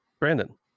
Brandon